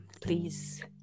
please